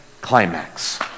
climax